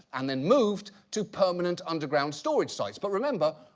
and then moved to permanent underground storage sites. but remember,